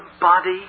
body